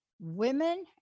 Women